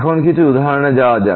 এখন কিছু উদাহরণে যাওয়া যাক